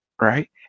right